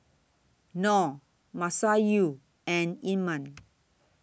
Nor Masayu and Iman